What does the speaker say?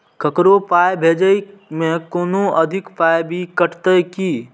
ककरो पाय भेजै मे कोनो अधिक पाय भी कटतै की?